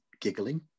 giggling